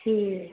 ठीक